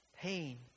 pain